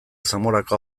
zamorako